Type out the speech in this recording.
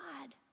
God